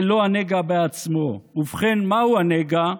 ולא הנגע עצמו, ובכן, מהו הנגע?